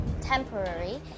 temporary